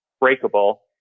breakable